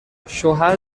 شوهر